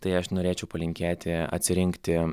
tai aš norėčiau palinkėti atsirinkti